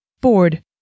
Bored